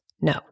No